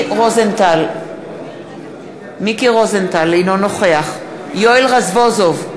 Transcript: מיקי רוזנטל, אינו נוכח יואל רזבוזוב,